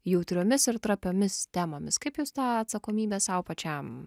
jautriomis ir trapiomis temomis kaip jūs tą atsakomybę sau pačiam